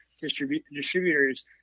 distributors